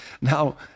Now